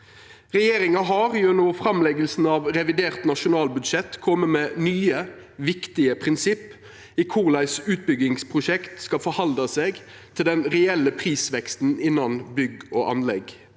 Regjeringa har ved framlegginga av revidert nasjonalbudsjett kome med nye, viktige prinsipp for korleis utbyggingsprosjekt skal halda seg til den reelle prisveksten innanfor bygg og anlegg.